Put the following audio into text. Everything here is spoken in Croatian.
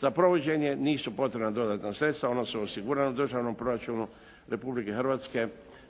Za provođenje nisu potrebna dodatna sredstva, ona su osigurana u Državnom proračunu Republike Hrvatske